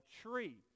tree